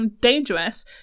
dangerous